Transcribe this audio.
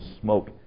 smoke